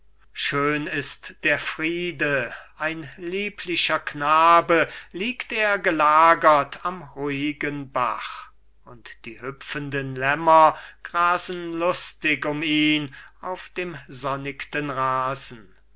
schön ist der friede ein lieblicher knabe liegt er gelagert am ruhigen bach und die hüpfenden lämmer grasen lustig um ihn auf dem sonnigten rasen